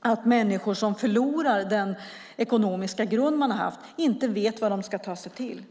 att människor som förlorar den ekonomiska grund de haft inte vet vad de ska ta sig till.